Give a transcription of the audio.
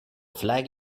flag